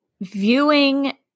viewing